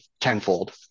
tenfold